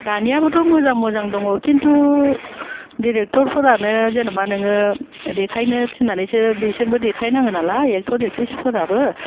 दानियाबोथ' मोजां मोजां दङ खिन्थु डिरेक्टर फोरानो जेनोबा नोङो देखायनो थिननानैसो बिसोरबो देखाय नाङोनालाय एक्टर एकट्रिस फोराबो